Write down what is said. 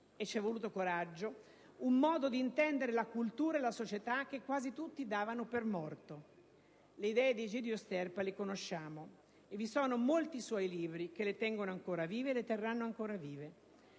e c'è voluto coraggio - un modo di intendere la cultura e la società che quasi tutti davano per morto. Le idee di Egidio Sterpa le conosciamo, e vi sono molti suoi libri che le tengono e le terranno ancora vive.